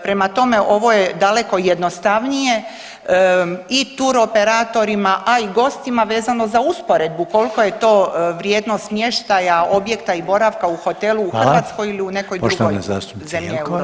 Prema tome, ovo je daleko jednostavnije i turoperatorima a i gostima vezano za usporedbu kolko je to vrijednost smještaja, objekta i boravka u hotelu u Hrvatskoj ili nekoj drugoj zemlji eurozone.